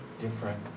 different